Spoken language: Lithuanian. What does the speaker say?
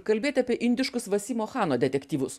kalbėti apie indiškus vasimo chano detektyvus